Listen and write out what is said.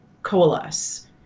coalesce